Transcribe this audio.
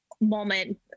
moment